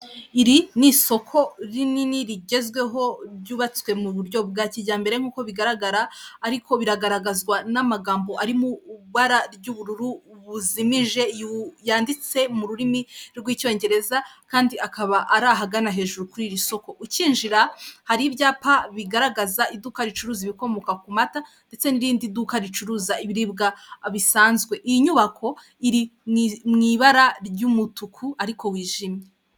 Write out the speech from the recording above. Iri ni isoko rinini rigezweho ryubatswe mu buryo bwa kijyambere nk'uko bigaragara, ariko biragaragazwa n'amagambo ari mu ibara ry'ubururu buzimije, yanditse mu rurimi rw'icyongereza, kandi akaba ari ahagana hejuru kuri iri soko. Ucyinjira hari ibyapa bigaragaza iduka ricuruza ibikomoka ku mata ndetse n'irindi duka ricuruza ibiribwa bisanzwe. Iyi nyubako iri mu ibara ry'umutuku ariko wijimye.